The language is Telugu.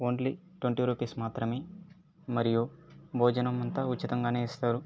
ఓన్లీ ట్వంటీ రుపీస్ మాత్రమే మరియు భోజనం అంతా ఉచితంగానే ఇస్తారు